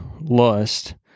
lust